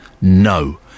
No